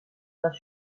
das